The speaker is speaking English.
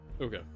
Okay